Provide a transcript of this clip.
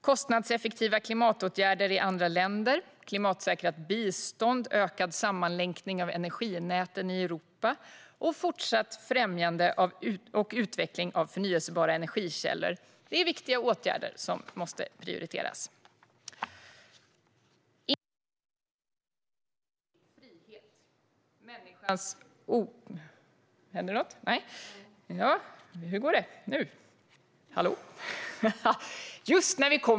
Kostnadseffektiva klimatåtgärder i andra länder, klimatsäkrat bistånd, ökad sammanlänkning av energinäten i Europa och fortsatt främjande och utveckling av förnybara energikällor är viktiga åtgärder som måste prioriteras.